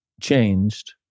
changed